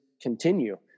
continue